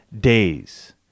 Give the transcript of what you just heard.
days